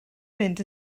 fynd